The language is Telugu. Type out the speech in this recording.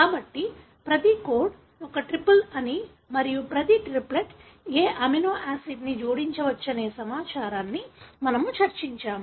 కాబట్టి ప్రతి కోడ్ ఒక ట్రిపుల్ అని మరియు ప్రతి త్రిప్లెట్ ఏ అమైనో యాసిడ్ని జోడించవచ్చనే సమాచారాన్ని మనము చర్చించాము